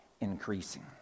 increasing